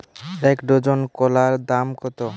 এক ডজন কলার দাম কত?